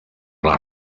les